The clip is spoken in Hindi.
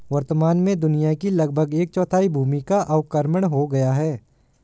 वर्तमान में दुनिया की लगभग एक चौथाई भूमि का अवक्रमण हो गया है